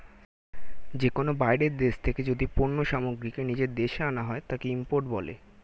যে কোনো বাইরের দেশ থেকে যদি পণ্য সামগ্রীকে নিজের দেশে আনা হয়, তাকে ইম্পোর্ট বলে